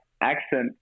accent